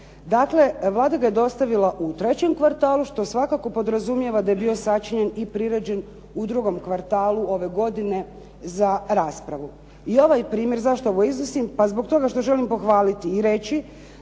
Dakle, Vlada ga je dostavila u trećem kvartalu što svakako podrazumijeva da je bio sačinjen i priređen u drugom kvartalu ove godine za raspravu. I ovaj primjer zašto ovo iznosim, pa zbog toga što želim pohvaliti i reći